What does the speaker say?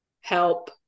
help